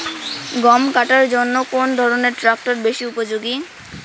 গম কাটার জন্য কোন ধরণের ট্রাক্টর বেশি উপযোগী?